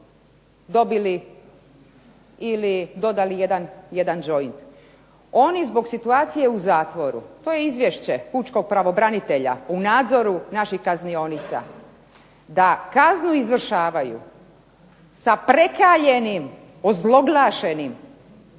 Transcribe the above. dobili ili dodali jedan joint. Oni zbog situacije u zatvoru, to je izvješće pučkog pravobranitelja, u nadzoru naših kaznionica, da kaznu izvršavaju sa prekaljenim, ozloglašenim